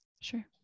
sure